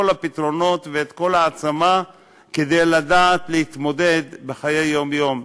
הפתרונות ואת כל ההעצמה כדי לדעת להתמודד בחיי היום-יום.